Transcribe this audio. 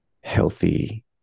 healthy